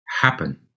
happen